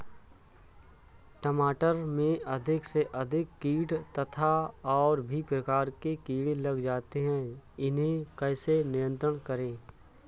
टमाटर में अधिक से अधिक कीट तथा और भी प्रकार के कीड़े लग जाते हैं इन्हें कैसे नियंत्रण करें?